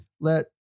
let